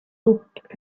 looked